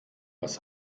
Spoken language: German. was